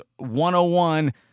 101